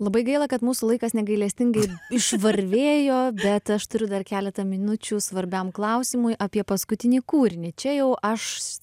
labai gaila kad mūsų laikas negailestingai išvarvėjo bet aš turiu dar keletą minučių svarbiam klausimui apie paskutinį kūrinį čia jau aš